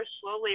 slowly